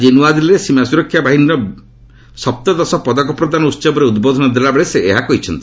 ଆଜି ନ୍ତଆଦିଲ୍ଲୀରେ ସୀମା ସୁରକ୍ଷା ବାହିନୀ ବିଏସ୍ଏଫ୍ର ସପ୍ତଦଶ ପଦକ ପ୍ରଦାନ ଉତ୍ସବରେ ଉଦ୍ବୋଧନ ଦେଲାବେଳେ ସେ ଏହା କହିଛନ୍ତି